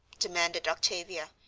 demanded octavia,